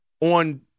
on